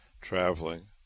traveling